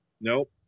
Nope